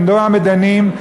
למנוע מדנים.